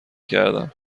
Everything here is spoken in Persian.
کردم